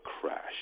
crash